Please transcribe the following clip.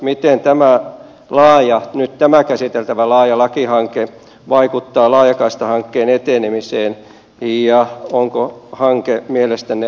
miten nyt tämä käsiteltävä laaja lakihanke vaikuttaa laajakaistahankkeen etenemiseen ja onko hanke mielestänne aikataulussa